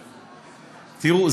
תראו,